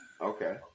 Okay